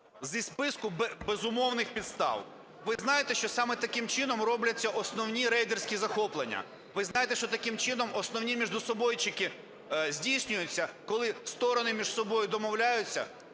зі списку безумовних підстав. Ви знаєте, що саме таким чином робляться основні рейдерські захоплення. Ви знаєте, що таким чином основні мєждусобойчики здійснюються, коли сторони між собою домовляються,